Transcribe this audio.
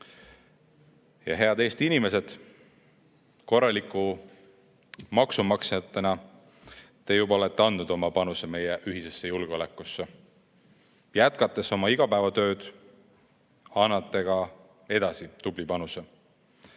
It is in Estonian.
jõudu. Head Eesti inimesed! Korralike maksumaksjatena te juba olete andnud oma panuse meie ühisesse julgeolekusse. Jätkates oma igapäevatööd, annate ka edasi tubli panuse.